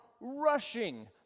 rushing